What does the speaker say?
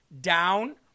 Down